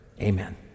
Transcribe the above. amen